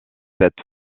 sept